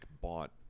bought